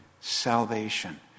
salvation